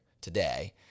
today